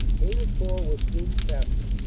haynecourt was soon captured.